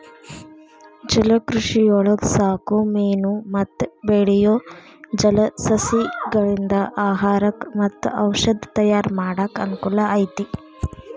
ಜಲಕೃಷಿಯೊಳಗ ಸಾಕೋ ಮೇನು ಮತ್ತ ಬೆಳಿಯೋ ಜಲಸಸಿಗಳಿಂದ ಆಹಾರಕ್ಕ್ ಮತ್ತ ಔಷದ ತಯಾರ್ ಮಾಡಾಕ ಅನಕೂಲ ಐತಿ